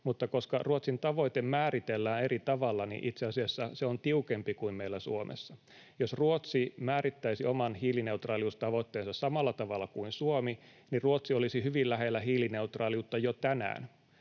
mutta koska Ruotsin tavoite määritellään eri tavalla, niin itse asiassa se on tiukempi kuin meillä Suomessa. Jos Ruotsi määrittäisi oman hiilineutraaliustavoitteensa samalla tavalla kuin Suomi, niin Ruotsi olisi hyvin lähellä hiilineutraaliutta jo tänään,